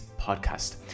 podcast